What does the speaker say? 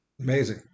Amazing